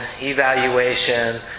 evaluation